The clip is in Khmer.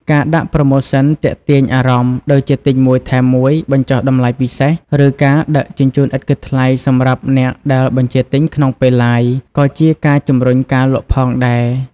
ការដាក់ប្រូម៉ូសិនទាក់ទាញអារម្មណ៍ ដូចជាទិញ ១ ថែម ១ បញ្ចុះតម្លៃពិសេស ឬការដឹកជញ្ជូនឥតគិតថ្លៃសម្រាប់អ្នកដែលបញ្ជាទិញក្នុងពេល Live ក៏ជាការជម្រុញការលក់ផងដែរ។